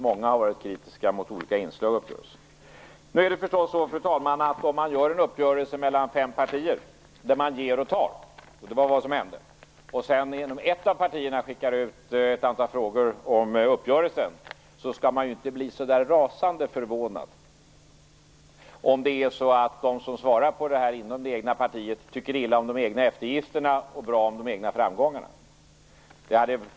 Många har varit kritiska mot olika inslag i uppgörelsen. Fru talman! Om man nu träffar en uppgörelse mellan fem partier där man ger och tar, och det var vad som hände, och man sedan inom ett av partierna skickar ut ett antal frågor om uppgörelsen, skall man inte bli så där rasande förvånad om det är så att de som svarar på detta inom det egna partiet tycker illa om de egna eftergifterna och bra om de egna framgångarna. Fru talman!